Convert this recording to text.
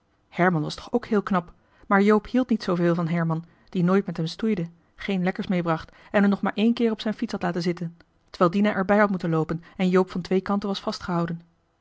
was toch ook heel knap maar joop hield niet zooveel van herman die nooit met hem stoeide geen lekkers meebracht en hem nog maar één keer op zijn fiets had laten zitten terwijl dien erbij had moeten loopen en joop van twee kanten was vastgehouden